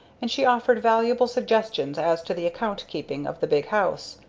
and she offered valuable suggestions as to the account keeping of the big house.